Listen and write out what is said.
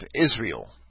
Israel